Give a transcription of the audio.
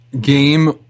game